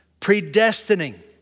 predestining